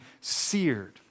seared